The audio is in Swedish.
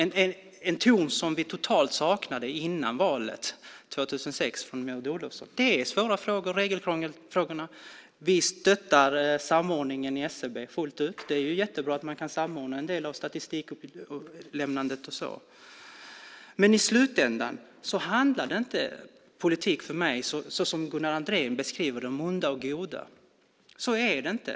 Det är en ton vi totalt saknade före valet 2006. Regelkrångelfrågorna är svåra frågor. Vi stöttar samordningen i SCB fullt ut. Det är bra att det går att samordna en del av statistikavlämnandet. Men i slutändan handlar politik för mig, såsom Gunnar Andrén beskriver det, inte om det onda och goda. Så är det inte.